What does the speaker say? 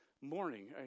morning